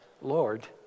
Lord